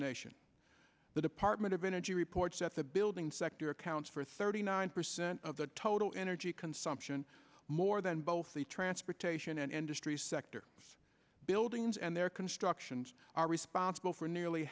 nation the department of energy reports that the building sector accounts for thirty nine percent of the total energy consumption more than both the transportation and industry sector buildings and their constructions are responsible for nearly